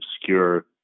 obscure